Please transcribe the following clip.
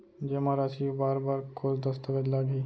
जेमा राशि उबार बर कोस दस्तावेज़ लागही?